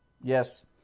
Yes